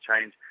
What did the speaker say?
change